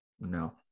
No